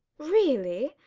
really?